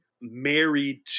married